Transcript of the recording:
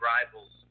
Rivals